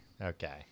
Okay